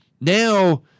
Now